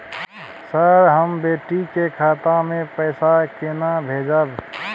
Sir, हम बेटी के खाता मे पैसा केना भेजब?